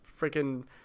freaking